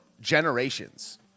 generations